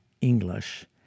English